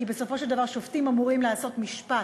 כי בסופו של דבר שופטים אמורים לעשות משפט,